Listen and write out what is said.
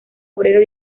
obrero